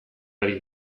ari